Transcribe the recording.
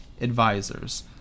advisors